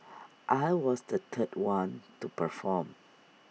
I was the third one to perform